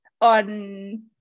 on